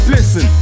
Listen